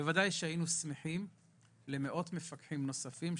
בוודאי שהיינו שמחים למאות מפקחים נוספים,